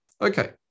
Okay